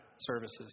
services